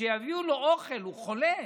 כשיביאו לו אוכל, הוא חולה,